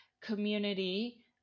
community